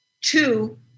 two